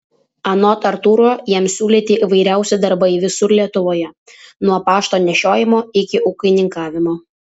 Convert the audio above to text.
anot artūro jam siūlyti įvairiausi darbai visur lietuvoje nuo pašto nešiojimo iki ūkininkavimo